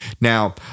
Now